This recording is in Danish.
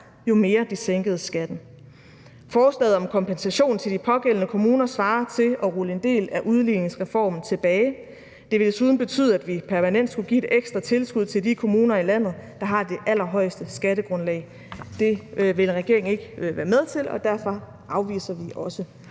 jo mere de sænkede skatten. Forslaget om kompensation til de pågældende kommuner svarer til at rulle en del af udligningsreformen tilbage, og det ville desuden betyde, at vi permanent skulle give et ekstra tilskud til de kommuner i landet, der har det allerhøjeste skattegrundlag. Det vil regeringen ikke være med til, og derfor afviser vi også